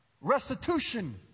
restitution